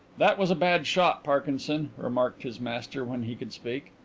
that was a bad shot, parkinson, remarked his master when he could speak.